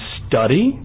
study